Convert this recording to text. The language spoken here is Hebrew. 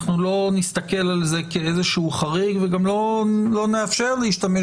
אנחנו לא נסתכל על זה כאיזשהו חריג וגם לא נאפשר להשתמש